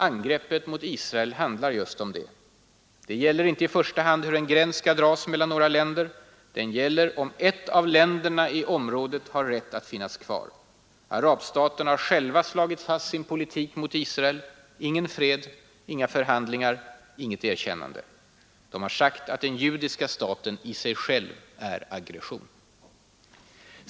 Angreppet mot Israel handlar just om det. Det gäller inte i första hand hur en gräns skall dras mellan några länder. Det gäller om ett av länderna i området har rätt att finnas kvar. Arabstaterna har själva slagit fast sin politik mot Israel: ingen fred, inga förhandlingar, inget erkännande. I stället har de sagt att den judiska staten i sig själv är aggression.